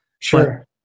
Sure